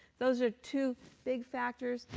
those are two big factors.